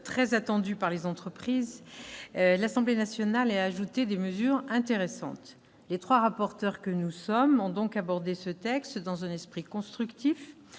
très attendu par les entreprises et l'Assemblée nationale y a ajouté des mesures intéressantes. Les trois rapporteurs que nous sommes ont donc abordé ce texte dans un esprit constructif.